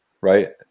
right